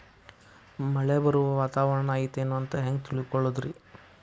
ಮಳೆ ಬರುವ ವಾತಾವರಣ ಐತೇನು ಅಂತ ಹೆಂಗ್ ತಿಳುಕೊಳ್ಳೋದು ರಿ?